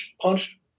punched